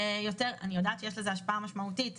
אני יודעת שיש לזה השפעה משמעותית,